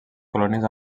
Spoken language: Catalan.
colònies